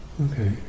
Okay